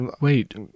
Wait